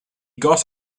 got